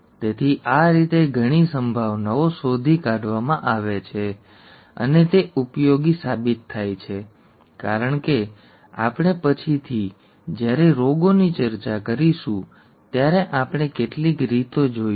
તેથી આ રીતે ઘણી સંભાવનાઓ શોધી કાઢવામાં આવે છે અને તે ઉપયોગી સાબિત થાય છે કારણ કે આપણે પછીથી જ્યારે રોગોની ચર્ચા કરીશું ત્યારે આપણે કેટલીક રીતે જોઈશું